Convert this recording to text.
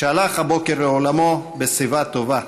שהלך הבוקר לעולמו בשיבה טובה.